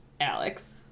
Alex